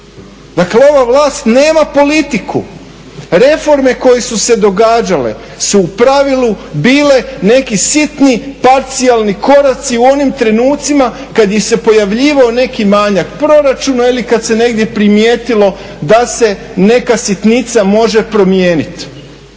Dakle ova vlast nema politiku. Reforme koje su se događale su u pravilu bile neki sitni parcijalni koraci u onim trenucima kada im se pojavljivao neki manjak proračuna ili kada se negdje primijetilo da se neka sitnica može promijeniti.